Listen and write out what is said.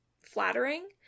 flattering